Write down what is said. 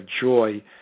joy